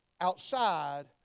outside